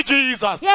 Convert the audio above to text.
Jesus